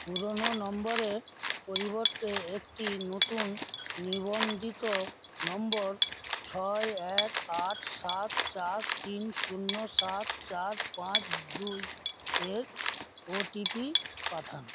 পুরনো নম্বরের পরিবর্তে একটি নতুন নিবন্ধিত নম্বর ছয় এক আট সাত চার তিন শূন্য সাত চার পাঁচ দুই এর ওটিপি পাঠান